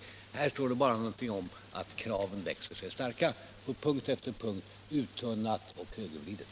I propositionen står bara någonting om att kraven växer sig starka — på punkt efter punkt uttunnat och högervridet.